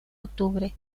octubre